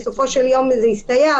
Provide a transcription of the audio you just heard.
בסופו של יום זה הסתייע,